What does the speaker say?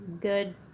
good